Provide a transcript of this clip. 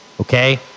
Okay